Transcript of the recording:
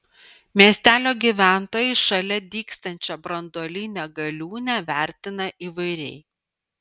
miestelio gyventojai šalia dygstančią branduolinę galiūnę vertina įvairiai